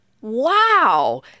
Wow